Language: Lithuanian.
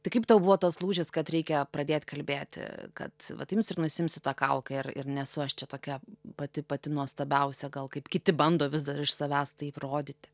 tai kaip tau buvo tas lūžis kad reikia pradėt kalbėti kad vat imsiu ir nusiimsiu tą kaukę ir ir nesu aš čia tokia pati pati nuostabiausia gal kaip kiti bando vis dar iš savęs taip rodyti